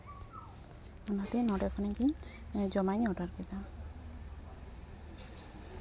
ᱚᱱᱟ ᱛᱮ ᱱᱚᱰᱮ ᱠᱷᱚᱱᱜᱮ ᱡᱚᱢᱟᱜ ᱤᱧ ᱚᱰᱟᱨ ᱠᱮᱫᱟ